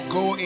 go